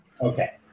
Okay